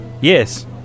yes